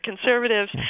conservatives